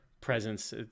presence